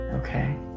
okay